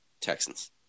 Texans